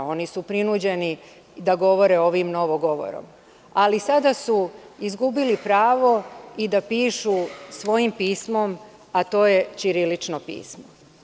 Oni su prinuđeni da govore ovim novim govorom, ali sada su izgubili pravo i da pišu svojim pismom, a to je ćirilično pismo.